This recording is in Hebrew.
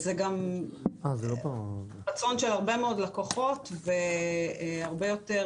זה גם רצון של הרבה מאוד לקוחות והרבה יותר